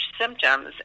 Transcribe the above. symptoms